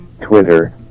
Twitter